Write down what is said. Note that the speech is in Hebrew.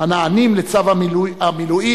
הנענים לצו המילואים,